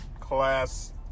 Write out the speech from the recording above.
class